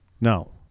no